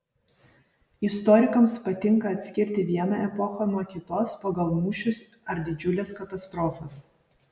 istorikams patinka atskirti vieną epochą nuo kitos pagal mūšius ar didžiules katastrofas